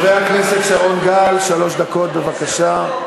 חבר הכנסת שרון גל, שלוש דקות, בבקשה.